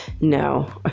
No